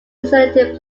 designated